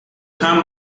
come